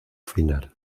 final